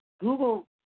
Google